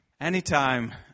Anytime